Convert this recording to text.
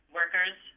workers